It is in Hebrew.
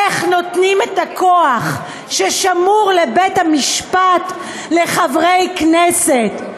איך נותנים את הכוח ששמור לבית-המשפט לחברי כנסת?